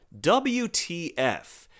WTF